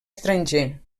estranger